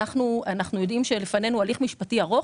אנחנו יודעים שלפנינו הליך משפטי ארוך